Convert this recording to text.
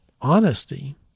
honesty